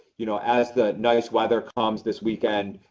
you know, as the nice weather comes this weekend,